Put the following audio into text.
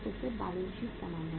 तो फिर से बैलेंस शीट समान हैं